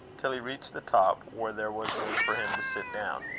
till he reached the top, where there was room for him to sit down.